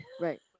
right